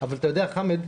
אתה יודע, חמד,